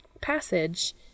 passage